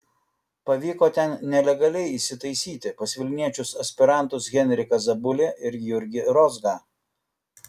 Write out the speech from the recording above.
pavyko ten nelegaliai įsitaisyti pas vilniečius aspirantus henriką zabulį ir jurgį rozgą